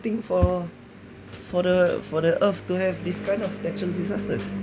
I think for for the for the earth to have this kind of natural disasters